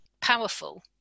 powerful